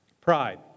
pride